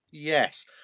Yes